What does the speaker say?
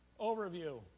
overview